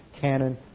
canon